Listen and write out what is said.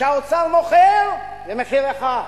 כשהאוצר מוכר, זה מחיר אחד,